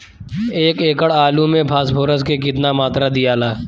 एक एकड़ आलू मे फास्फोरस के केतना मात्रा दियाला?